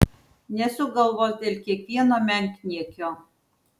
nesuk galvos dėl kiekvieno menkniekio